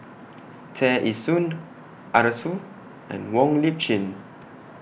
Tear Ee Soon Arasu and Wong Lip Chin